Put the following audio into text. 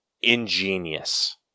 ingenious